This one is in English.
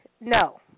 No